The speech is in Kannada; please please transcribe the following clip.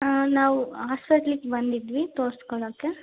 ಹಾಂ ನಾವು ಹಾಸ್ಪೆಟ್ಲಿಗೆ ಬಂದಿದ್ವಿ ತೋರ್ಸ್ಕೊಳಕ್ಕೆ